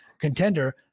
contender